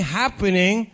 happening